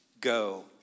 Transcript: go